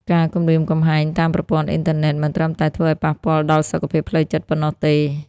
ការគំរាមកំហែងតាមប្រព័ន្ធអ៊ីនធឺណិតមិនត្រឹមតែធ្វើឲ្យប៉ះពាល់ដល់សុខភាពផ្លូវចិត្តប៉ុណ្ណោះទេ។